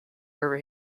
were